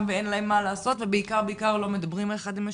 ואין להם מה לעשות ובעיקר לא מדברים אחד עם השני.